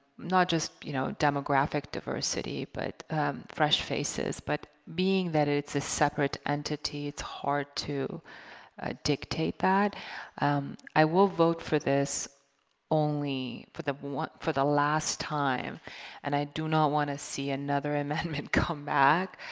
not just you know demographic diversity but fresh faces but being that it's a separate entity it's hard to dictate that i will vote for this only for the one for the last time and i do not want to see another amendment come back